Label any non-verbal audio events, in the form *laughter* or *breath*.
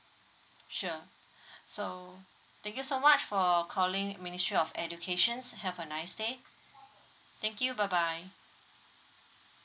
sure *breath* so thank you so much for calling ministry of educations have a nice day thank you bye bye